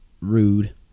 rude